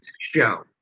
show